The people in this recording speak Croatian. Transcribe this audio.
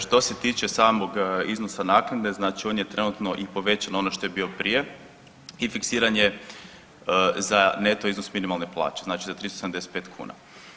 Što se tiče samog iznosa naknade, znači on je trenutno i povećan, ono što je bio prije i fiksiran je za neto iznos minimalne plaće, znači za 375 kuna.